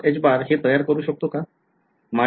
मी हे तयार करू शकतो का